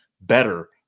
better